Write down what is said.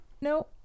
No